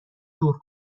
دور